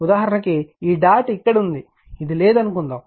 ఉదాహరణకు ఈ డాట్ ఇక్కడ ఉంది ఇది లేదు అనుకుందాం